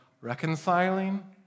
reconciling